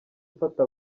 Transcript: mfata